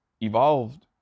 evolved